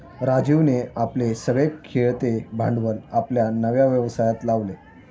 राजीवने आपले सगळे खेळते भांडवल आपल्या नव्या व्यवसायात लावले